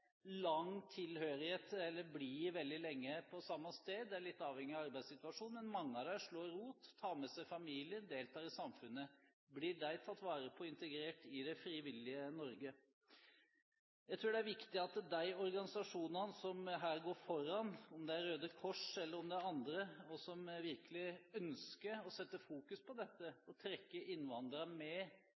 lang tilhørighet eller blir veldig lenge på samme sted – det er litt avhengig av arbeidssituasjonen. Men mange av dem slår rot, tar med seg familien og deltar i samfunnet. Blir de tatt vare på og integrert i det frivillige Norge? Jeg tror det er viktig at de organisasjonene som her går foran, om det er Røde Kors eller andre, idrettslagene også, naturligvis, og virkelig ønsker å fokusere på dette og trekke innvandrere med